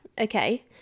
Okay